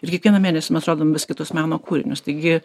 ir kiekvieną mėnesį mes rodom vis kitus meno kūrinius taigi